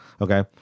okay